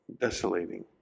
desolating